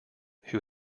who